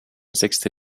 sixty